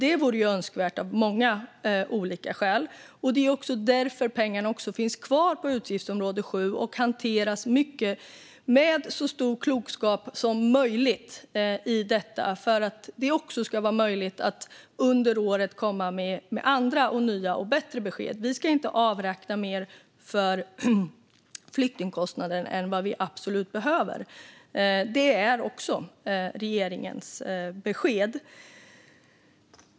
Det vore önskvärt av många olika skäl. Det är också därför pengar finns kvar på utgiftsområde 7, och de ska hanteras med så stor klokskap som möjligt. Det ska vara möjligt att under året komma med nya och bättre besked. Vi ska inte avräkna mer för flyktingkostnader än vad vi absolut behöver. Det är också regeringens besked.